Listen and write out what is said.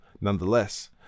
Nonetheless